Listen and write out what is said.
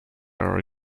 our